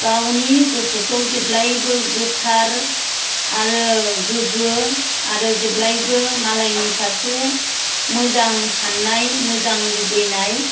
गावनि गोसोखौ जेब्लायबो गोथार आरो गोगो आरो जेब्लायबो मालायनि फारसे मोजां साननाय मोजां लुबैनाय